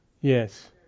Yes